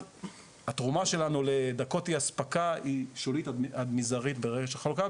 התרומה שלנו לדקות אי אספקה היא שולית עד מזערית ברשת החלוקה,